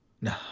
No